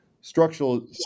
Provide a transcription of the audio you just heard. structural